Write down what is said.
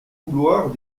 couloirs